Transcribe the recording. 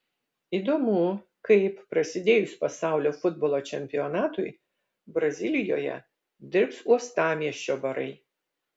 įdomu kaip prasidėjus pasaulio futbolo čempionatui brazilijoje dirbs uostamiesčio barai